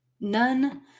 none